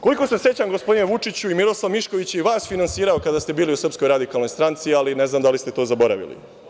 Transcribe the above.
Koliko se sećam, gospodine Vučiću, i Miroslav Mišković je i vas finansirao kada ste bili u SRS, ali ne znam da li ste to zaboravili?